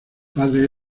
padre